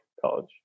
college